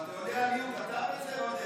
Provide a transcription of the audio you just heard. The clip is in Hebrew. אבל אתה יודע על מי הוא כתב את זה, עודד?